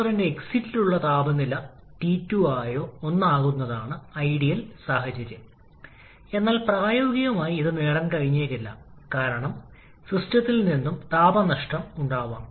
അതിനാൽ യഥാർത്ഥ താപനില നമുക്കറിയാം ഇപ്പോൾ നമ്മൾ പോയിന്റ് നമ്പർ 4 കണക്കാക്കണം